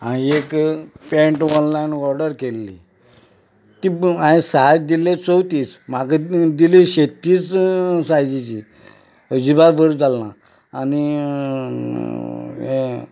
हांवें एक pant online order केल्ली ती हांवें सायज दिल्ले चवतीस म्हाका दिली छत्तीस सायजीची अजिबात बरी जाल ना आनी ये